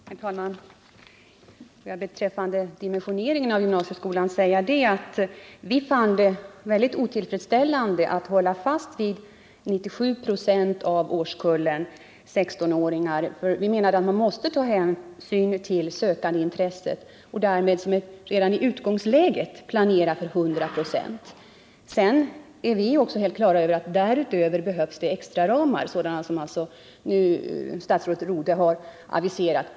Herr talman! Jag vill beträffande dimensioneringen av gymnasieskolan säga att vi fann det synnerligen otillfredsställande att regeringen höll fast vid en dimensionering om 97 ?4 av årskullen 16-åringar. Vi menar att man måste ta hänsyn till det ökande sökandeintresset och därmed redan i utgångsläget planera för att antalet utbildningsplatser skulle ökas för att svara mot 100 96. Vi är också på det klara med att det därutöver behövs extraramar — sådana som statsrådet Rodhe nu har aviserat.